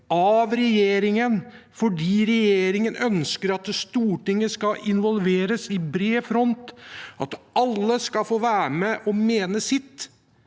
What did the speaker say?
av regjeringen, fordi regjeringen ønsker at Stortinget skal involveres på bred front, at alle skal få være med og mene sitt.